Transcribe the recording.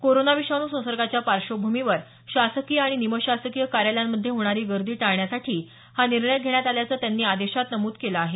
corona विषाणू संसर्गाच्या पार्श्वभूमीवर शासकीय आणि निमशासकीय कार्यालयांमध्ये होणारी गर्दी टाळण्यासाठी हा निर्णय घेण्यात आल्याचं त्यांनी आदेशात नमूद केलं आहे